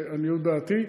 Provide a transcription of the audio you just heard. לעניות דעתי,